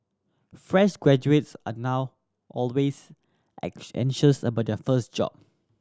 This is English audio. fresh graduates are now always anxious about their first job